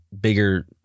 bigger